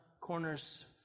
corners